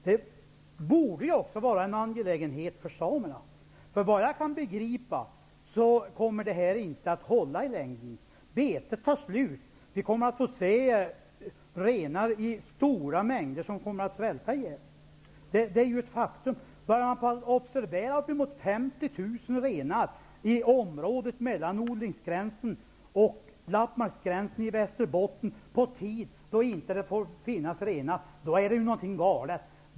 Det borde också vara en angelägenhet för samerna. Vad jag kan begripa kommer detta inte att hålla i längden. Betet tar slut. Vi kommer att få se att renar i stora mängder svälter ihjäl. Det är ett faktum. När man observerar upp emot 50 000 renar i området mellan odlingsgränsen och lappmarksgränsen i Västerbotten på en tid då det inte får finnas renar där, då är det någonting galet.